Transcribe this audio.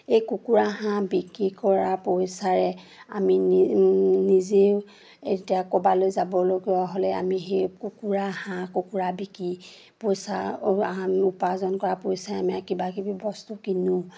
এই কুকুৰা হাঁহ বিক্ৰী কৰা পইচাৰে আমি নিজেও এতিয়া ক'ৰবালৈ যাবলগীয়া হ'লে আমি সেই কুকুৰা হাঁহ কুকুৰা বিকি পইচা উপাৰ্জন কৰা পইচাৰে আমি কিবাকিবি বস্তু কিনো